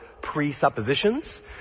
presuppositions